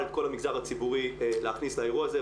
את המגזר הציבורי להכניס לאירוע הזה,